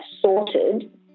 sorted